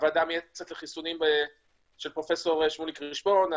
הוועדה המייעצת לחיסונים בראשות פרופ' שמואל רשפון,